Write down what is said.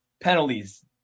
penalties